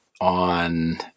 on